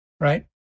right